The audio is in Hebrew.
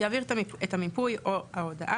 יעביר את המיפוי או ההודעה,